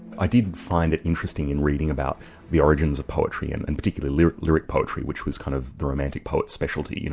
i did find it interesting in reading about the origins of poetry and and particularly lyric lyric poetry, which was kind of the romantic poet's specialty, you know,